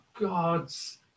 God's